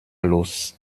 los